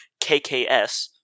KKS